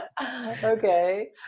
Okay